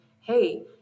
hey